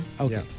Okay